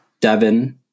Devin